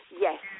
yes